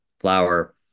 flour